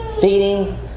feeding